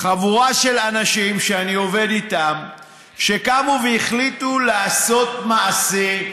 חבורה של אנשים שאני עובד איתם קמו והחליטו לעשות מעשה.